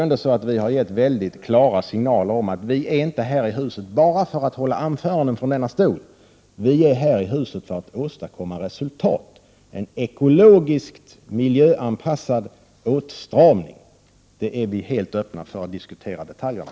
Miljöpartiet har givit mycket klara signaler om att vi inte bara är i riksdagshuset för att hålla anföranden från denna talarstol. Vi är här för att åstadkomma resultat. Vi är helt öppna för att diskutera detaljerna kring en ekologisk miljöanpassad åtstramning.